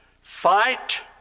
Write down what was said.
fight